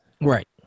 right